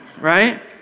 right